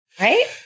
Right